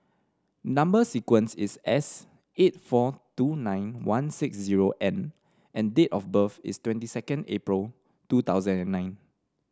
number sequence is S eight four two nine one six zero N and date of birth is twenty two April two thousand and nine